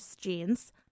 jeans